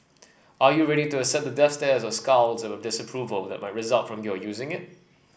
are you ready to accept the death stare the scowls of disapproval that might result from your using it